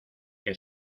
que